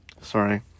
Sorry